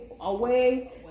away